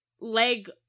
leg